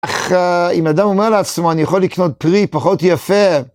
אך אם אדם אומר לעצמו, אני יכול לקנות פרי פחות יפה.